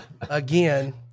again